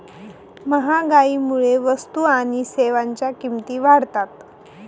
महागाईमुळे वस्तू आणि सेवांच्या किमती वाढतात